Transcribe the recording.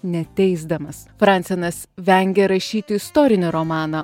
neteisdamas fransenas vengia rašyti istorinį romaną